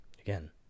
again